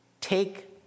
take